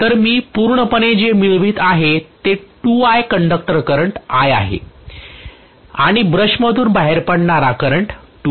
तर मी पूर्णपणे जे मिळवित आहे ते 2I कंडक्टर करंट I आहे आणि ब्रशमधून बाहेर पडणारा करंट 2I आहे